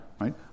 Right